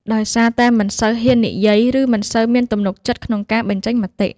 ដោយសារតែមិនសូវហ៊ាននិយាយ ឬមិនសូវមានទំនុកចិត្តក្នុងការបញ្ចេញមតិ។